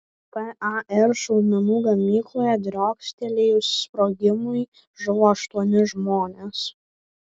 par šaudmenų gamykloje driokstelėjus sprogimui žuvo aštuoni žmonės